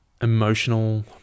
emotional